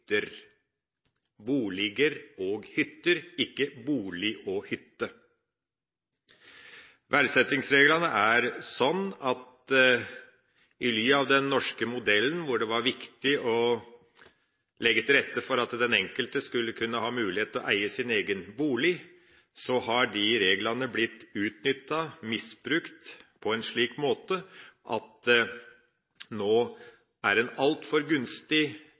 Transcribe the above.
i boliger og hytter – boliger og hytter, ikke bolig og hytte. Verdsettingsreglene har, i ly av den norske modellen, hvor det var viktig å legge til rette for at den enkelte skulle ha mulighet til å eie sin egen bolig, blitt utnyttet, misbrukt, på en slik måte at det nå er en altfor gunstig